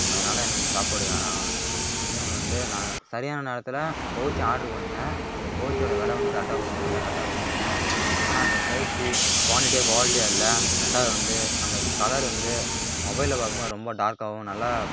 அதனால எனக்கு இந்த சாப்பாடு வேணாம் இன்னொன்று வந்து நான் சரியான நேரத்தில் பௌச்சு ஆடர் பண்ணியிருந்தேன் அந்த பௌச்சோட வெலை வந்து கரெக்டாக கொடுத்துருந்தாங்க எல்லாம் கரெக்டாக கொடுத்துருந்தாங்க ஆனால் அந்த பௌச்சு குவான்டிட்டியாக குவாலிட்டியாக இல்லை ரெண்டாவது வந்து அந்த கலர் வந்து மொபைல்ல பார்க்கும்போது ரொம்ப டார்க்காகவும் நல்லா